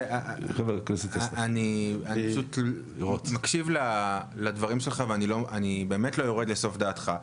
אני פשוט מקשיב לדברים שלך ובאמת לא יורד לסוף דעתך.